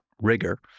rigor